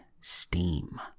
Steam